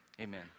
Amen